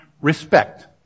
respect